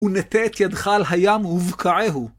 ‫ונטה את ידך על הים ובקעה הוא.